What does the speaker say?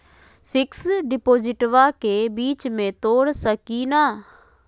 Fix डिपोजिटबा के बीच में तोड़ सकी ना?